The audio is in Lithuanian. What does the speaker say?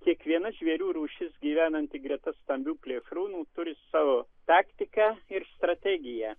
kiekviena žvėrių rūšis gyvenanti greta stambių plėšrūnų turi savo taktiką ir strategiją